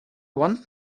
want